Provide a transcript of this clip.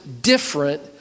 different